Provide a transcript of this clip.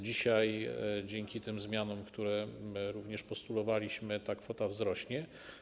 Dzisiaj, dzięki tym zmianom, które również postulowaliśmy, ta kwota wzrośnie.